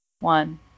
one